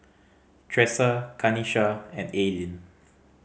Tresa Kanisha and Aylin